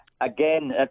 Again